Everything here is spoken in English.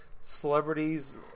celebrities